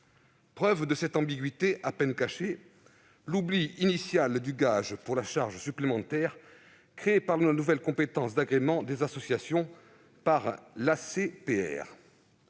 Preuve de cette ambiguïté à peine cachée, l'oubli initial du gage pour la charge supplémentaire créée par la nouvelle compétence d'agrément des associations par l'ACPR.